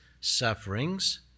sufferings